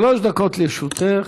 שלוש דקות לרשותך.